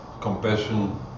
compassion